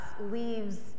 leaves